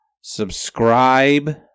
Subscribe